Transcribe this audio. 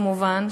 כמובן,